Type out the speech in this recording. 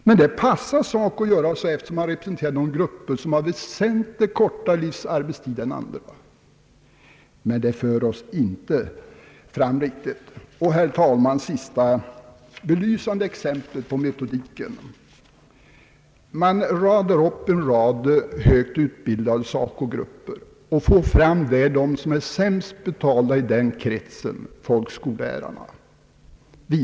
Det passar emellertid SACO att göra så, eftersom SACO representerar de grupper som har väsentligt kortare livsarbetstidstid än andra. Det för oss emellertid inte fram till ett riktigt resultat. Herr talman! Det sista belysande exemplet på den metodik som användes i broschyren är att man räknar upp en rad högt utbildade SACO-grupper och visar vad man får fram för dem som är sämst betalda i den kretsen, nämligen folkskollärarna.